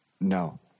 No